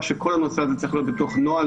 שכל הנושא הזה צריך להיות בתוך נוהל,